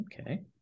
Okay